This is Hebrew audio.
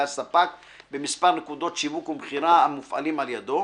הספק במספר נקודות שיווק ומכירה המופעלים על ידו,